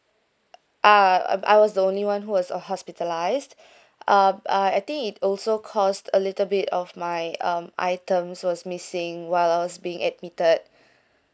uh I was the only one who was a hospitalized um I think it also cost a little bit of my um items was missing while I was being admitted